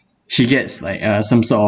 she gets like uh some sort of